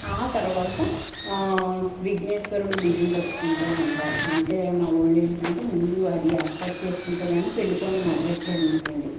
తర్వాత విగ్నేశ్వరుడి బియ్యం కట్టుకుంటాం అంటారు అంటే మా ఊళ్ళో ఏంటంటే ముందు అది ఏర్పాటు చేసుకుంటే కాని పెళ్లి పనులు మొదలెట్టరనమాటండి